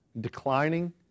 declining